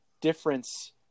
difference